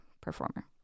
performer